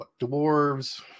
dwarves